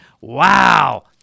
Wow